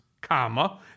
comma